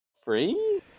free